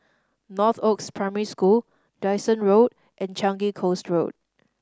Northoaks Primary School Dyson Road and Changi Coast Road